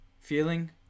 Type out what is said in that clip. feeling